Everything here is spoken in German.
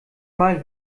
mal